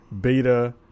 beta